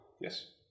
Yes